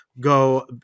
go